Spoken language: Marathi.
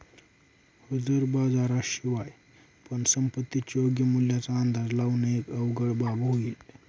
हजर बाजारा शिवाय पण संपत्तीच्या योग्य मूल्याचा अंदाज लावण एक अवघड बाब होईल